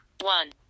one